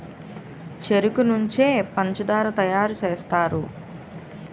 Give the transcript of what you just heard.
చెరుకు నుంచే పంచదార తయారు సేస్తారు